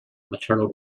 maternal